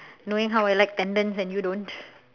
knowing how I like tendons and you don't